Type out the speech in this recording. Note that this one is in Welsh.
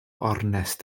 ornest